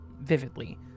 vividly